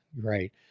great